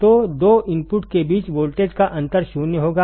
तो दो इनपुट के बीच वोल्टेज का अंतर शून्य होगा